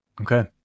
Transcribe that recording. Okay